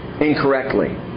incorrectly